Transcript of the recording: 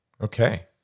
Okay